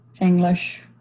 English